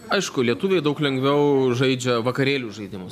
aišku lietuviai daug lengviau žaidžia vakarėlių žaidimus